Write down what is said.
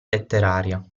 letteraria